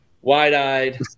wide-eyed